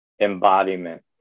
embodiment